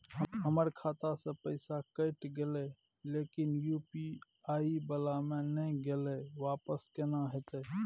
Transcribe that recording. हमर खाता स पैसा कैट गेले इ लेकिन यु.पी.आई वाला म नय गेले इ वापस केना होतै?